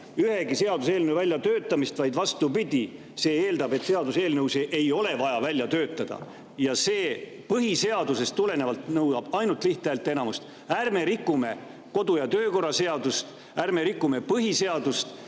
ühegi seaduseelnõu väljatöötamist, vaid vastupidi, see eeldab, et seaduseelnõusid ei ole vaja välja töötada, ja see nõuab põhiseadusest tulenevalt ainult lihthäälteenamust. Ärme rikume kodu- ja töökorra seadust! Ärme rikume põhiseadust!